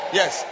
yes